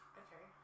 okay